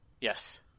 yes